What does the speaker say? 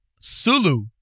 Sulu